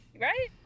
right